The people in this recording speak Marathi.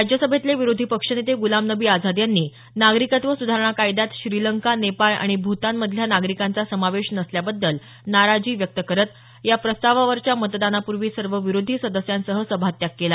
राज्यसभेतले विरोधी पक्षनेते गुलाम नबी आझाद यांनी नागरिकत्व सुधारणा कायद्यात श्रीलंका नेपाळ आणि भूतान मधल्या नागरिकांचा समावेश नसल्याबद्दल नाराजी व्यक्त करत या प्रस्तावावरच्या मतदानापूर्वी सर्व विरोधी सदस्यांसह सभात्याग केला